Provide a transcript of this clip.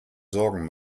sorgen